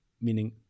meaning